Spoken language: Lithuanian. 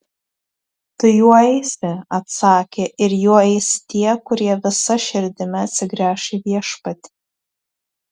tu juo eisi atsakė ir juo eis tie kurie visa širdimi atsigręš į viešpatį